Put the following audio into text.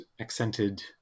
accented